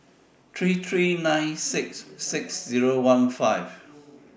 three three nine six six Zero one five